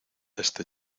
este